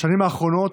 בשנים האחרונות,